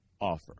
offer